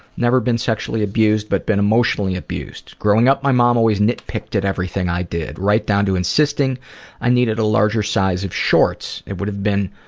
never been sexually abused but been emotionally abused. growing up my mom always nitpicked at everything i did. right down to insisting i needed a larger size of shorts. it would've been